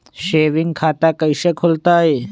Saving खाता कैसे खुलतई?